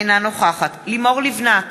אינה נוכחת לימור לבנת,